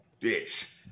bitch